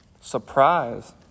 surprise